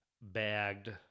bagged